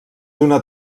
una